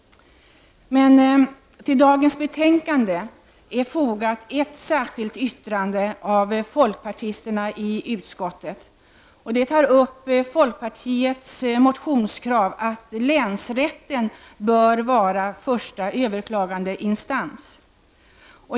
Till dagens betänkande är fogat ett särskilt yttrande av folkpartisterna i utskottet, och det tar upp folkpartiets motionskrav om att länsrätten bör vara första överklagandeinstans.